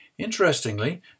Interestingly